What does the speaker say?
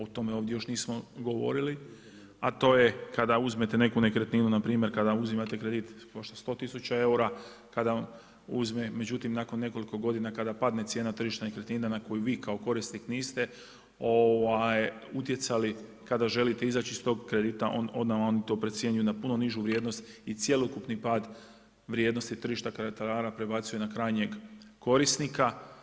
O tome ovdje još nismo govorili, a to je kada uzmete neku nekretninu, na primjer kada uzimate kredit košta 100 tisuća eura, međutim nakon nekoliko godina kada padne cijena tržišta nekretnina na koju vi kao korisnik niste utjecali, kada želite izaći iz tog kredita onda oni to procjenjuju na puno nižu vrijednost i cjelokupni pad vrijednosti tržišta … prebacuje na krajnjeg korisnika.